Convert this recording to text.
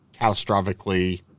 catastrophically